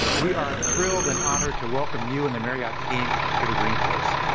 we are thrilled and honored to welcome you and the marriott team here to dreamforce.